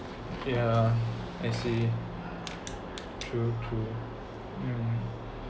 ya I see true true mm